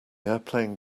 airplane